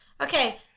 Okay